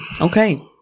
Okay